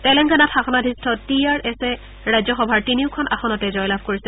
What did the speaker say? তেলেংগানাত শাসনাধিষ্ঠ টি আৰ এছে ৰাজ্যসভাৰ সকলো তিনিখন আসনতে জয়লাভ কৰিছে